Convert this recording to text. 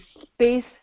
space